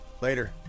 Later